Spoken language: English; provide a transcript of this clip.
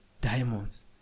diamonds